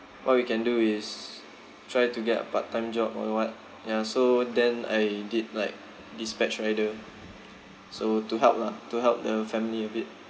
what we can do is try to get a part time job or what ya so then I did like dispatch rider so to help lah to help the family a bit